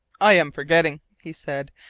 i am forgetting, he said.